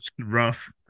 rough